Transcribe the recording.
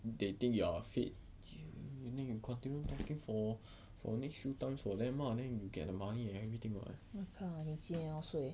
they think you're a fit you think you can continue talking for for next few times for them lah then you get the money and everything [what]